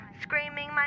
screaming